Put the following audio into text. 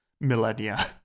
millennia